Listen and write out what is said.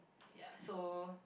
ya so